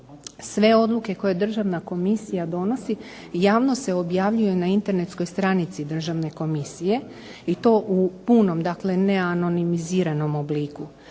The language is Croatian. sve odluke koje Državna komisija donosi javno se objavljuju na internetskoj stranici Državne komisije i to u punom, dakle ne anonimnom obliku.